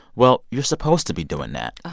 well, you're supposed to be doing that. ah